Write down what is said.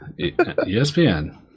ESPN